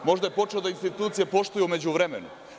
Možda je počeo institucije da poštuje u međuvremenu.